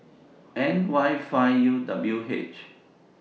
N Y five U W H